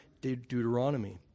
Deuteronomy